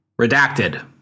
Redacted